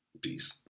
Peace